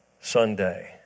Sunday